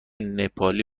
نپالی